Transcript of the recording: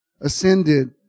Ascended